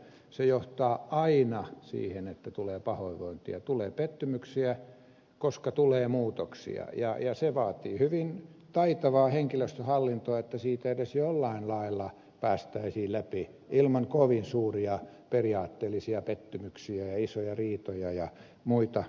se johtaa aina siihen että tulee pahoinvointia tulee pettymyksiä koska tulee muutoksia ja vaatii hyvin taitavaa henkilöstöhallintoa että siitä edes jollain lailla päästäisiin läpi ilman kovin suuria periaatteellisia pettymyksiä ja isoja riitoja ja muita vastaavia